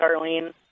Carlene